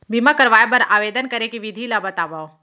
बीमा करवाय बर आवेदन करे के विधि ल बतावव?